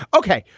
ok.